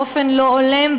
באופן לא הולם,